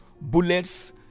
bullets